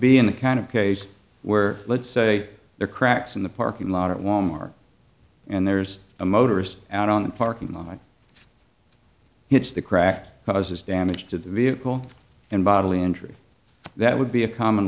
be in the kind of case where let's say there are cracks in the parking lot at wal mart and there's a motorist out on the parking lot it hits the crack causes damage to the vehicle and bodily injury that would be a common